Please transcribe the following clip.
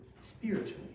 spiritually